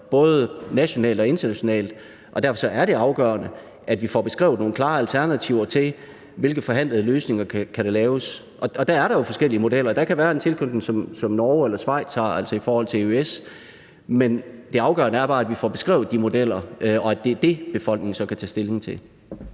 både nationalt og internationalt, og derfor er det afgørende, at vi får beskrevet nogle klare alternativer, altså hvilke forhandlede løsninger der kan laves. Og der er der jo forskellige modeller. Der kan være en tilknytning, som Norge eller Schweiz har, altså EØS, men det afgørende er bare, at vi får beskrevet de modeller, og at det er det, befolkningen så kan tage stilling til.